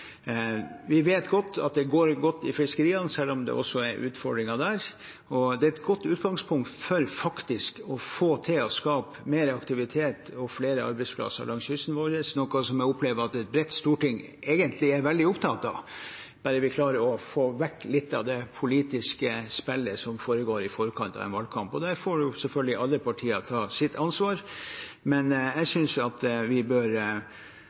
Vi vet godt at det går godt i fiskeriene, selv om det også er utfordringer der. Det er et godt utgangspunkt for faktisk å få til å skape mer aktivitet og flere arbeidsplasser langs kysten vår, noe jeg opplever at et bredt storting egentlig er veldig opptatt av, bare vi klarer å få vekk litt av det politiske spillet som foregår i forkant av en valgkamp. Der får selvfølgelig alle partier ta sitt ansvar, men jeg synes vi bør